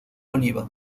oliva